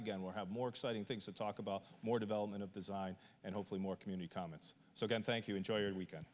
again we'll have more exciting things to talk about more development of the zine and hopefully more community comments so again thank you enjoy your weekend